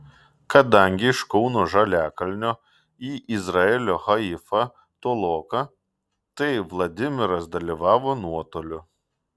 kadangi iš kauno žaliakalnio į izraelio haifą toloka tai vladimiras dalyvavo nuotoliu